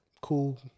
cool